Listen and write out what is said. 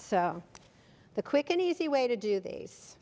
so the quick and easy way to do these